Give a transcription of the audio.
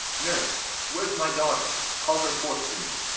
nurse, where's my daughter? call her forth to me.